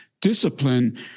discipline